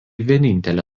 vienintelė